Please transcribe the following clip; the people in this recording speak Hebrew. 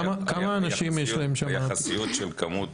כמה אנשים שם יש להם --- היחס של כמות